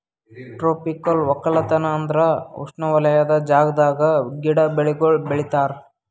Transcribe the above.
tropical ಒಕ್ಕಲತನ ಅಂದುರ್ ಉಷ್ಣವಲಯದ ಜಾಗದಾಗ್ ಗಿಡ, ಬೆಳಿಗೊಳ್ ಬೆಳಿತಾರ್